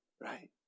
right